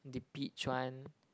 the peach one